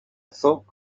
thought